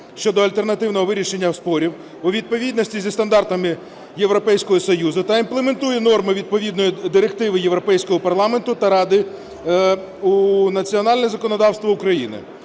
щодо альтернативного вирішення спорів у відповідності із стандартами Європейського Союзу та імплементує норми відповідної директиви Європейського парламенту та Ради у національне законодавство України,